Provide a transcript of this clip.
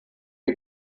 die